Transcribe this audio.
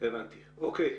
תודה.